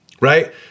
right